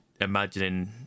imagining